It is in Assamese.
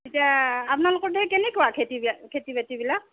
এতিয়া আপোনালোকৰ কেনেকুৱা খেতি খেতি বাতিবিলাক